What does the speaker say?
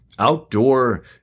Outdoor